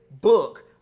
book